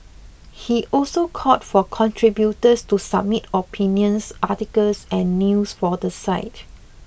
he also called for contributors to submit opinions articles and news for the site